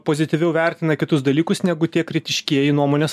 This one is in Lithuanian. pozityviau vertina kitus dalykus negu tie kritiškieji nuomonės